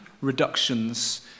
reductions